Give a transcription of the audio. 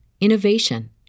innovation